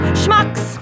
schmucks